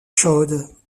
chaudes